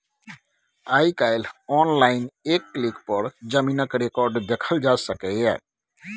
आइ काल्हि आनलाइन एक क्लिक पर जमीनक रिकॉर्ड देखल जा सकैए